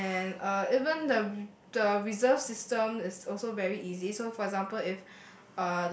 and uh even the the reserve system is also very easy so for example if